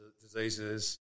diseases